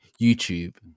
YouTube